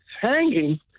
hanging